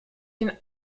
den